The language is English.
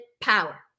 power